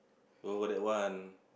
oh that one